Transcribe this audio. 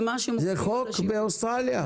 זה חוק באוסטרליה?